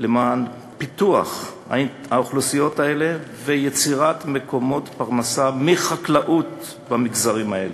למען פיתוח האוכלוסיות האלה ויצירת מקומות פרנסה מחקלאות במגזרים האלה.